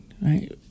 right